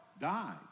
Died